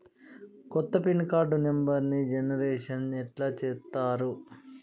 కొత్త pin card నెంబర్ని generation ఎట్లా చేత్తరు?